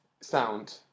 sound